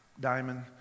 Diamond